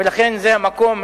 ולכן זה המקום,